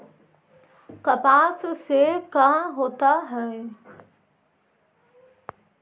कपास से का होता है?